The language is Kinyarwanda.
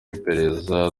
iperereza